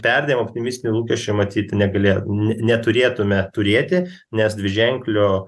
perdėm optimistinių lūkesčių matyt neglė ne neturėtume turėti nes dviženklio